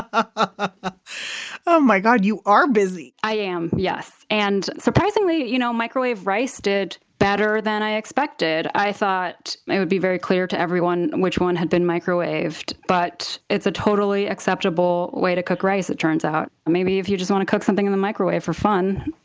ah ah oh, my god. you are busy i am. yes. and surprisingly, you know microwave rice did better than i expected. i thought it would be very clear to every one which one had been microwaved, but it's a totally acceptable way to cook rice, it turns out. maybe if you just want to cook something in the microwave for fun,